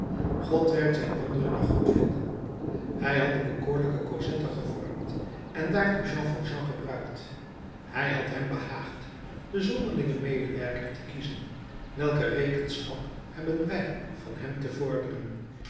god werkt zijn wonderen naar goedvinden hij had de bekoorlijke cosette gevormd en daartoe jean valjean gebruikt het had hem behaagd den zonderlingen medewerker te kiezen welke rekenschap hebben wij van hem te vorderen